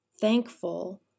thankful